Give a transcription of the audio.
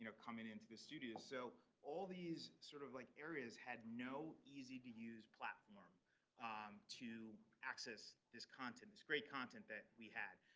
coming into the studio. so all these sort of like areas had no easy to use platform um to access this content, this great content that we had.